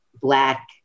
black